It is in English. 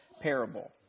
parable